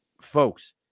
folks